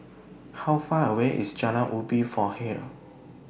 How Far away IS Jalan Ubin from here